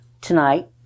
tonight